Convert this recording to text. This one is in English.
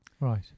Right